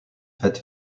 fait